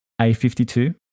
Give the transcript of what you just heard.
A52